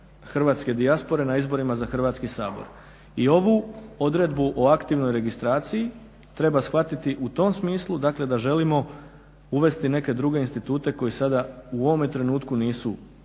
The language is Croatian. hrvatske dijaspore na izborima za Hrvatski sabor. I ovu odredbu o aktivnoj registraciji treba shvatiti u tom smislu da želimo uvesti neke druge institute koji sada u ovome trenutku nisu u